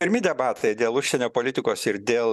pirmi debatai dėl užsienio politikos ir dėl